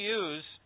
use